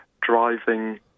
driving